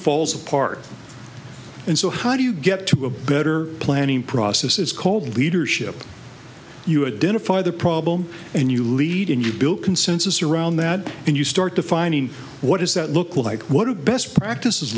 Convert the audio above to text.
falls apart and so how do you get to a better planning process it's called leadership you a dinner for the problem and you lead and you build consensus around that and you start defining what does that look like what are the best practices